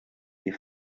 die